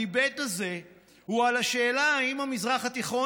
הדיבייט הזה היה על השאלה אם המזרח התיכון